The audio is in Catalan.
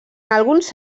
alguns